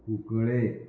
Cuncolim